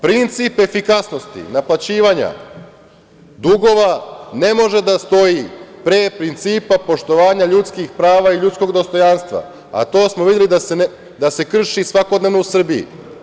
Princip efikasnosti naplaćivanja dugova ne može da stoji pre principa poštovanja ljudskih prava i ljudskog dostojanstva, a to smo videli da se krši svakodnevno u Srbiji.